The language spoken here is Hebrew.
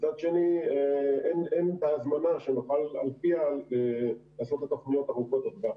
מצד שני אין את ההזמנה שנוכל על פיה לעשות את התוכניות ארוכות הטווח.